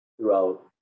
throughout